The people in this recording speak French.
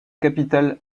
capitale